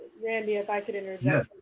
randy, if i could interject,